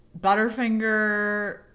Butterfinger